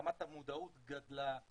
רמת המודעות גדלה.